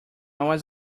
was